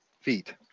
feet